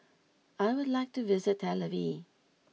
I would like to visit Tel Aviv